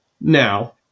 Now